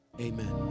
Amen